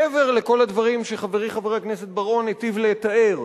מעבר לכל הדברים שחברי חבר הכנסת בר-און היטיב לתאר,